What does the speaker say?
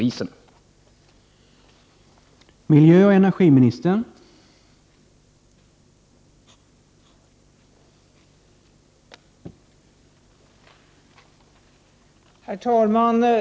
1988/89:70